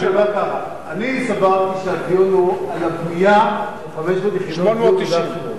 אני סברתי שהדיון הוא על הבנייה של 500 יחידות דיור ביהודה ושומרון.